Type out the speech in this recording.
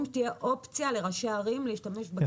שתהיה אופציה לראשי הערים להשתמש בכסף --- אבל,